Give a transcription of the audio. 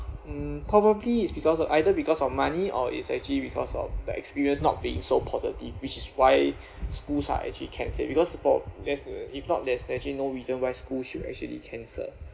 mm probably it's because of either because of money or it's actually because of the experience not being so positive which is why school uh actually cancel it because for that's if not there's actually no reason why school should actually cancel